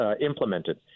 implemented